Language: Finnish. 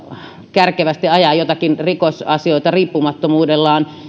kärkevästi ajaa joitakin rikosasioita riippumattomuudellaan